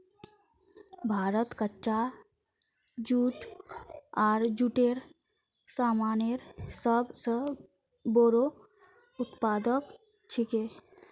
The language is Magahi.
भारत कच्चा जूट आर जूटेर सामानेर सब स बोरो उत्पादक छिके